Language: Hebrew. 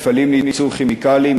מפעלים לייצור כימיקלים,